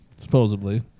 Supposedly